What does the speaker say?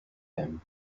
him